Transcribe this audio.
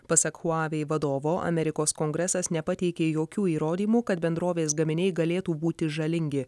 pasak huawei vadovo amerikos kongresas nepateikė jokių įrodymų kad bendrovės gaminiai galėtų būti žalingi